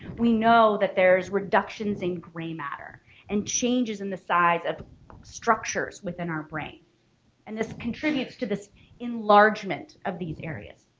we know that there's reductions in gray matter and changes in the size of structures within our brain and this contributes to this enlargement of these areas.